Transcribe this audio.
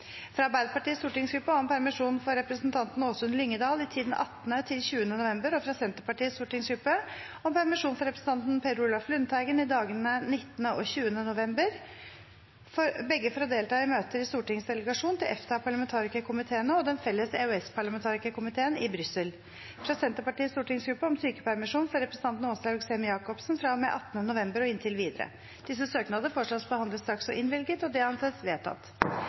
fra Arbeiderpartiets stortingsgruppe om permisjon for representanten Åsunn Lyngedal i tiden 18. til 20. november, og fra Senterpartiets stortingsgruppe om permisjon for representanten Per Olaf Lundteigen i dagene 19. og 20. november, begge for å delta i møter i Stortingets delegasjon til EFTA-parlamentarikerkomiteene og Den felles EØS-parlamentarikerkomiteen i Brussel fra Senterpartiets stortingsgruppe om sykepermisjon for representanten Åslaug Sem-Jacobsen fra og med 18. november og inntil videre Etter forslag fra presidenten ble enstemmig besluttet: Søknadene behandles straks og